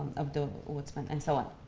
of the woodsman, and so on.